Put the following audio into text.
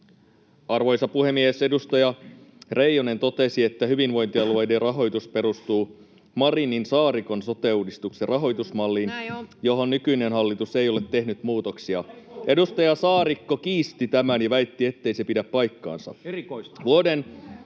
Arvoisa puhemies! Edustaja Reijonen totesi, että hyvinvointialueiden rahoitus perustuu Marinin—Saarikon sote-uudistuksen rahoitusmalliin, [Oikealta: Näin on!] johon nykyinen hallitus ei ole tehnyt muutoksia. Edustaja Saarikko kiisti tämän ja väitti, ettei se pidä paikkaansa.